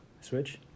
Switch